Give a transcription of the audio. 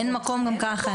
אין מקום גם ככה.